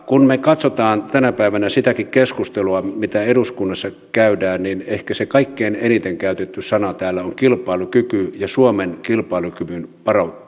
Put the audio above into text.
kun me katsomme tänä päivänä sitäkin keskustelua mitä eduskunnassa käydään niin ehkä ne kaikkein eniten käytetyt sanat täällä ovat kilpailukyky ja suomen kilpailukyvyn